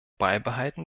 beibehalten